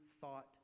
thought